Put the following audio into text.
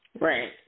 Right